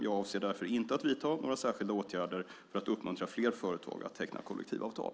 Jag avser därför inte att vidta några särskilda åtgärder för att uppmuntra fler företag att teckna kollektivavtal.